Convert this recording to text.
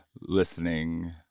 listening